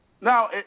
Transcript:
Now